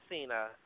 Cena